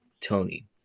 tony